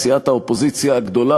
סיעת האופוזיציה הגדולה,